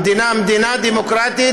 המדינה היא מדינה דמוקרטית,